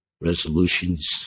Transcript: resolutions